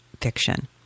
fiction